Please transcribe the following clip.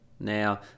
Now